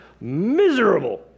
miserable